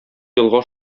елга